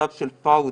במצב של פאודה,